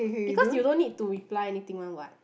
because you don't need to reply anything one what